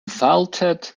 vaulted